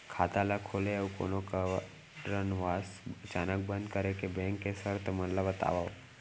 खाता ला खोले अऊ कोनो कारनवश अचानक बंद करे के, बैंक के शर्त मन ला बतावव